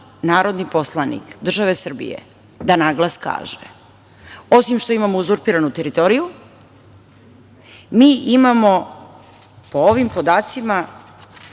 narodni poslanik države Srbije da naglas kaže – osim što imamo uzurpiranu teritoriju, mi imamo, po ovim podacima,